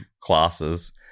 classes